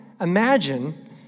Imagine